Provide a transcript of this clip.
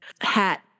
hat